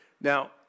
Now